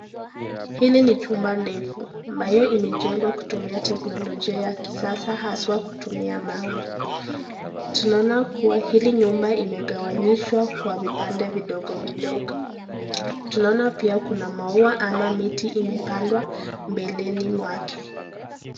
Hili ni chumba ndefu ambayo imejengwa kutumia teknolojia ya kisasa haswa kutumia mawe. Tunaona kuwa hili nyumba imegawanyishwa kwa vipande vidogo vidogo. Tunaona pia kuna maua ama miti imepandwa mbeleni mwake.